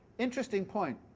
interesting point